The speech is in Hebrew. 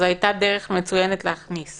אז זו הייתה דרך מצוינת להכניס